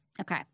Okay